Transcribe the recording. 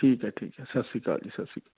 ਠੀਕ ਹੈ ਠੀਕ ਹੈ ਸਤਿ ਸ਼੍ਰੀ ਅਕਾਲ ਜੀ ਸਤਿ ਸ਼੍ਰੀ